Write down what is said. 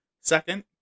Second